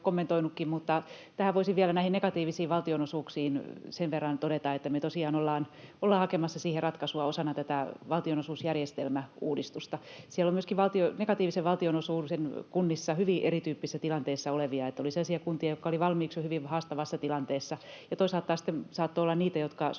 Voisin vielä näihin negatiivisiin valtionosuuksiin sen verran todeta, että me tosiaan ollaan hakemassa siihen ratkaisua osana tätä valtionosuusjärjestelmäuudistusta. Siellä on negatiivisten valtionosuuksien kunnissa myöskin hyvin erityyppisessä tilanteessa olevia: oli sellaisia kuntia, jotka olivat valmiiksi jo hyvin haastavassa tilanteessa, ja toisaalta sitten saattoi olla niitä, jotka